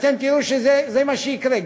אתם תראו שזה מה שיקרה.